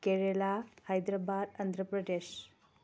Kerala Hyderabad Andhra Pradesh